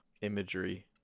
imagery